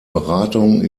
beratung